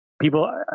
people